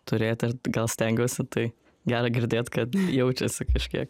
turėti ir gal stengiuosi tai gera girdėt kad jaučiasi kažkiek